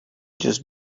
just